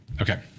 Okay